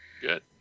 Good